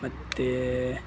ಮತ್ತು